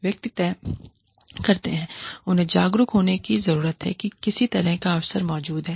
व्यक्ति तय करते हैं उन्हें जागरूक होने की जरूरत है कि किसी तरह का अवसर मौजूद है